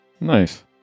Nice